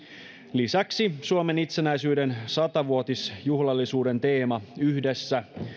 lisäksi suomen itsenäisyyden sata vuotisjuhlallisuuden teema yhdessä